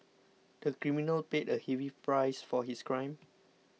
the criminal paid a heavy price for his crime